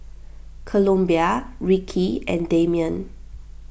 Columbia Rickie and Dameon